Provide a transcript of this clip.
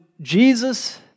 Jesus